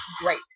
great